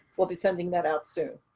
we'll be sending that out soon.